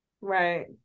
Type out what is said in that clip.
Right